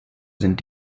sind